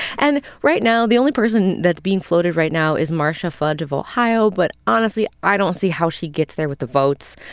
and right now the only person that's being floated right now is marcia fudge of ohio. but honestly, i don't see how she gets there with the votes.